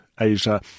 Asia